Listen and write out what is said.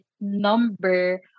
number